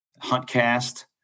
HuntCast